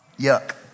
Yuck